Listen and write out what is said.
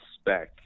spec